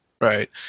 Right